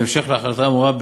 בהמשך להחלטה האמורה,